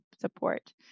support